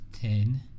ten